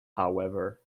however